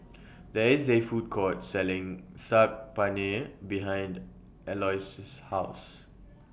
There IS A Food Court Selling Saag Paneer behind Aloys's House